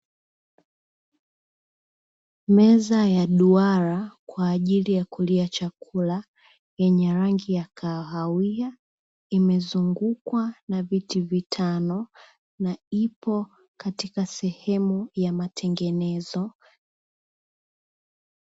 Meza ya duara kwajili ya kulia chakula yenye rangi ya kahawia, imezungukwa na viti vitano na ipo katika sehemu ya matengenezo.